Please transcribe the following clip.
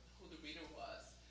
who the reader was,